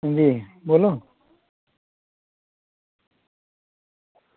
बोल्लो